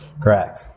Correct